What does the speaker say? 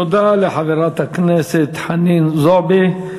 תודה לחברת הכנסת חנין זועבי.